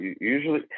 usually